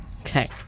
Okay